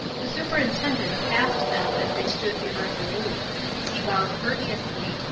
the superintendent passed them as they stood irresolute he bowed courteously,